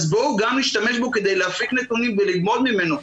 אז בואו גם נשתמש בו כדי להפיק נתונים וללמוד ממנו.